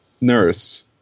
nurse